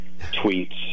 tweets